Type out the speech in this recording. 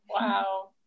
Wow